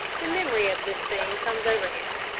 the memory of this thing comes over him,